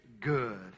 good